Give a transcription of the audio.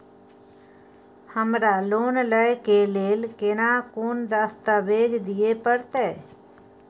हमरा लोन लय के लेल केना कोन दस्तावेज दिए परतै?